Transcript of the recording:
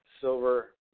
silver